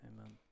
amen